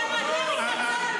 מי מגן?